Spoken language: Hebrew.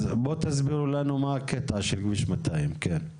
אז בוא תסבירו לנו מה הקטע של כביש 200. שלום,